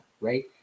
right